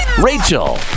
rachel